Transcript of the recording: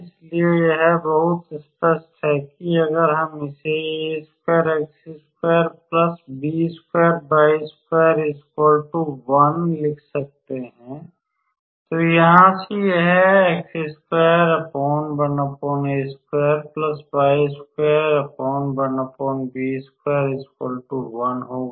इसलिए यह बहुत स्पष्ट है कि अगर हम इसे लिख सकते हैं तो यहाँ से यह होगा